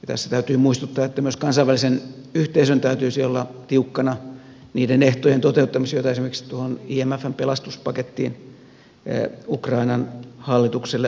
tässä täytyy muistuttaa että myös kansainvälisen yhteisön täytyisi olla tiukkana niiden ehtojen toteuttamisessa joita esimerkiksi tuohon imfn pelastuspakettiin ukrainan hallitukselle annettiin